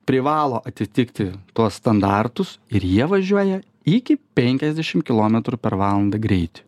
privalo atitikti tuos standartus ir jie važiuoja iki penkiasdešim kilometrų per valandą greitį